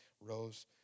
rose